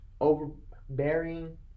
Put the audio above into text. overbearing